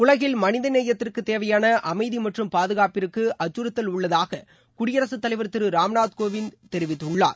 உலகில் மனிதநேயத்திற்கு தேவையாள அமைதி மற்றும் பாதுகாப்பிற்கு அச்சுறுத்தல் உள்ளதாக குடியரசுத் தலைவர் திரு ராம்நாத் கோவிந்த் தெரிவித்துள்ளார்